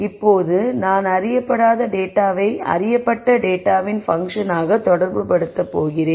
இப்போது நான் அறியப்படாத டேட்டாவை அறியப்பட்ட டேட்டாவின் பங்க்ஷனாக தொடர்புபடுத்தப் போகிறேன்